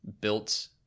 built